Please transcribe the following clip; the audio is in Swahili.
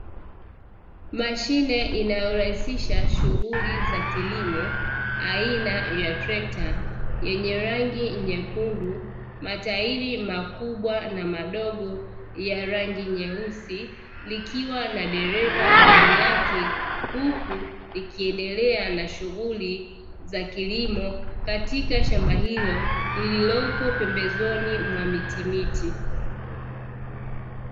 Mashine inayorahisisha shughuli za kilimo aina ya trekta yenye rangi nyekundu, matairi makubwa na madogo ya rangi nyeusi likiwa na dereva ndani yake huku likiendelea na shughuli za kilimo Katika shamba hilo lililoko pembezoni mwa miti miti.